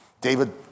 David